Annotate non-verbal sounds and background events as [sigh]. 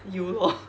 you lor [laughs]